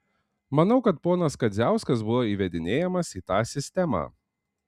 manau kad ponas kadziauskas buvo įvedinėjamas į tą sistemą